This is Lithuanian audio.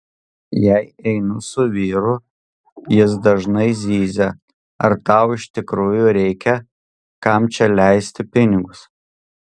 jei einu su vyru jis dažnai zyzia ar tau iš tikrųjų reikia kam čia leisti pinigus